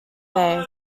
bay